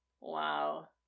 Wow